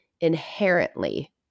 inherently